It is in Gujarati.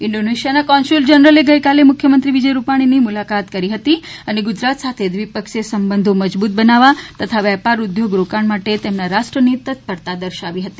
ઇન્ડોનેશિયાના કોન્સુયલ જનરલે ગઈકાલે મુખ્યમંત્રી વિજય રૂપાણી સાથે મુલાકાત કરી ગુજરાત સાથે દ્વિપક્ષીય સંબંધો મજબુત બનાવવા તથા વેપાર ઉદ્યોગ રોકાણ માટે તેમના રાષ્ટ્રની તત્પરતા દર્શાવી હતી